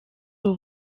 ubu